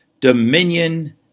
dominion